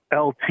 LT